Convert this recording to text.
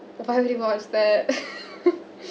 apparently what was that